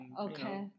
Okay